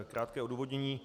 Krátké odůvodnění.